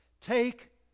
Take